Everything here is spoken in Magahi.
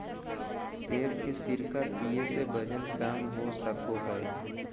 सेब के सिरका पीये से वजन कम हो सको हय